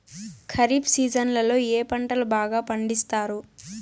ఖరీఫ్ సీజన్లలో ఏ పంటలు బాగా పండిస్తారు